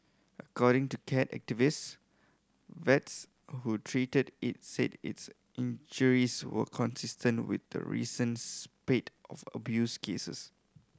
according to cat activists vets who treated it said its injuries were consistent with the recent spate of abuse cases